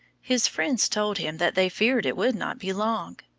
his friends told him that they feared it would not be long.